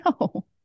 no